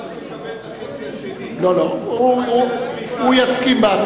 החצי השני, הוא יסכים.